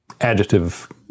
adjective